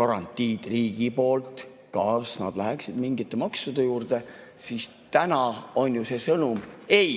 garantiid riigilt, kas nad läheksid mingite maksude juurde. Täna on ju see sõnum "ei".